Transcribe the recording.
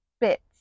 bits